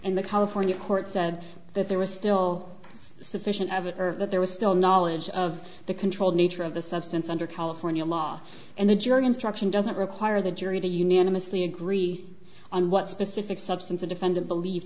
and the california court said that there was still sufficient evidence that there was still knowledge of the controlled nature of the substance under california law and adjourn instruction doesn't require the jury to unanimously agree on what specific substance the defendant belie